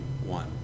one